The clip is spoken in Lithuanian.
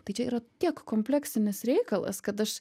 tai čia yra tiek kompleksinis reikalas kad aš